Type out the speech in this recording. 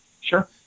Sure